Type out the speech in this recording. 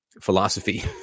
philosophy